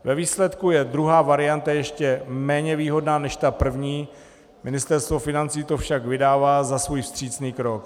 Ve výsledku je druhá varianta ještě méně výhodná než ta první, Ministerstvo financí to však vydává za svůj vstřícný krok.